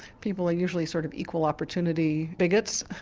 people are usually sort of equal opportunity bigots,